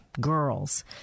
girls